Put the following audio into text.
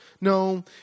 No